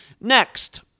Next